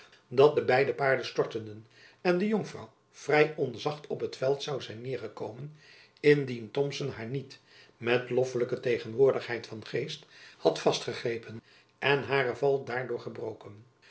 dat de beide paarden storteden en de jonkvrouw vrij onzacht op het veld zoû zijn neêrgekomen indien thomson haar niet met loffelijke tegenwoordigheid van geest had vastgegrepen en haren val daardoor gebroken